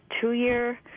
two-year